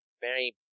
very-